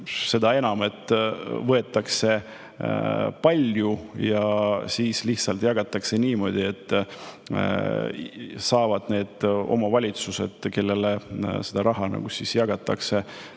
seda enam, et võetakse palju ja siis lihtsalt jagatakse niimoodi, et need omavalitsused, kellele seda raha jagatakse,